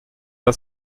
der